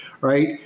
Right